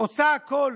עושה הכול